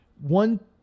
one